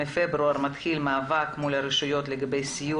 מפברואר מתחיל מאבק מול הרשויות לגבי סיוע